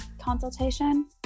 consultation